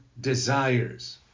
desires